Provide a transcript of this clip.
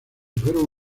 fueron